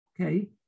Okay